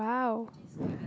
!wow!